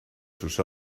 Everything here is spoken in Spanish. sus